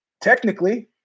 Technically